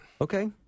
Okay